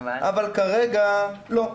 אבל כרגע לא'.